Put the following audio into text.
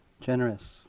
generous